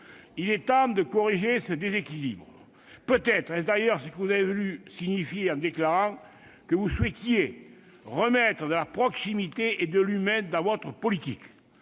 Il est temps de corriger ce déséquilibre. Peut-être est-ce d'ailleurs ce que vous avez voulu signifier en déclarant que vous souhaitiez « remettre de la proximité et de l'humain » dans votre politique.